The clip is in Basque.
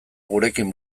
gurekin